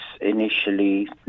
initially